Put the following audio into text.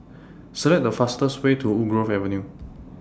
Select The fastest Way to Woodgrove Avenue